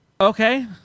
Okay